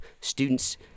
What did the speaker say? students